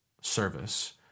service